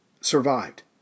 survived